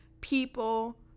people